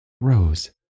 Rose